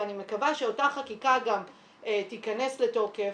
ואני מקווה שאותה חקיקה גם תיכנס לתוקף